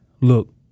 look